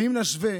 ואם נשווה